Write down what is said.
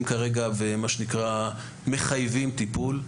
מחייבים טיפול,